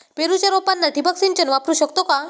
पेरूच्या रोपांना ठिबक सिंचन वापरू शकतो का?